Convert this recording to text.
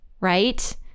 right